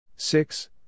Six